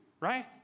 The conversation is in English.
Right